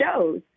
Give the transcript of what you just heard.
shows